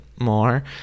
more